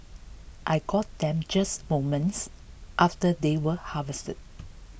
I got them just moments after they were harvested